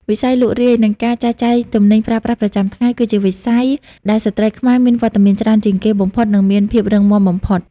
វិស័យលក់រាយ និងការចែកចាយទំនិញប្រើប្រាស់ប្រចាំថ្ងៃ គឺជាវិស័យដែលស្ត្រីខ្មែរមានវត្តមានច្រើនជាងគេបំផុត និងមានភាពរឹងមាំបំផុត។